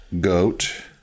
goat